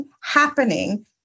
happening